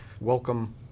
welcome